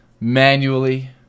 manually